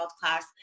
class